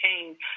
change